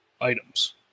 items